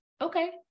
Okay